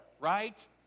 right